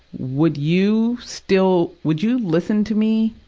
would you still, would you listen to me?